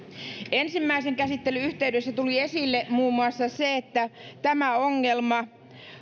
ensimmäisen käsittelyn yhteydessä tuli esille muun muassa se että tämä ongelma